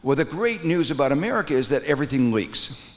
with the great news about america is that everything leaks